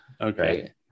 Okay